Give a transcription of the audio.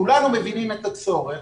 כולנו מבינים את הצורך